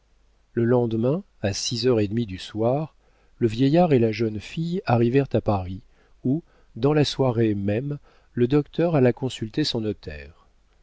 le lendemain à six heures et demie du soir le vieillard et la jeune fille arrivèrent à paris où dans la soirée même le docteur alla consulter son notaire